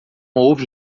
houve